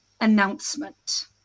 announcement